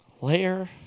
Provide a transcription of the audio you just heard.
Layer